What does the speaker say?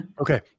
okay